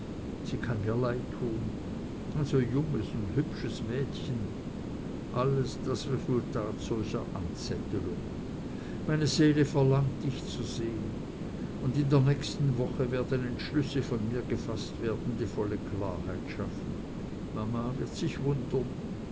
sie kann mir leid tun ein so junges und hübsches mädchen alles das resultat solcher anzettelungen meine seele verlangt dich zu sehen und in der nächsten woche werden entschlüsse von mir gefaßt werden die volle klarheit schaffen mama wird sich wundern